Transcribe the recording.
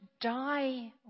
die